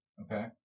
Okay